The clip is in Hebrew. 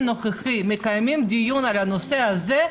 הנוכחי מקיימים דיון על הנושא הזה,